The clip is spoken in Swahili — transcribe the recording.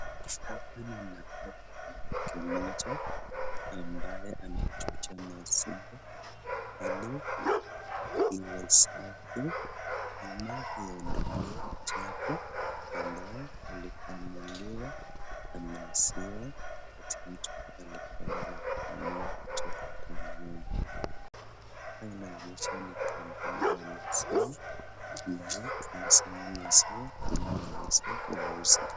Hapa ninaona mtu mmoja ambaye anachuja maziwa ili iwe safi ama iondolewe uchafu ambao kuondoa maziwa wakati mtu alikuwa anakamua kutoka kwa ng'ombe, hapa inaonyesha ni kambuni ya maziwa inayosanya maziwa ili wauze.